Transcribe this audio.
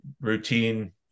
routine